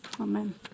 Amen